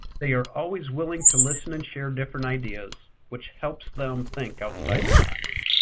they are always willing to listen and share different ideas, which helps them think outside the box.